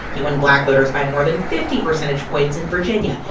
he won black voters by more than fifty percentage points in virginia.